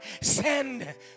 Send